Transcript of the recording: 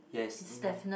yes in